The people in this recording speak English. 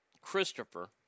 Christopher